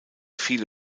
viele